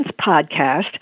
podcast